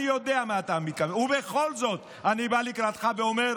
אני יודע מה אתה, ובכל זאת אני בא לקראתך ואומר: